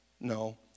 no